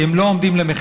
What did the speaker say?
כי הם לא עומדים למכירה.